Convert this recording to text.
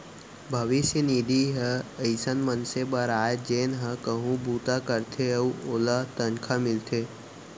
भविस्य निधि ह अइसन मनसे बर आय जेन ह कहूँ बूता करथे अउ ओला तनखा मिलथे